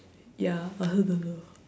ya I also don't know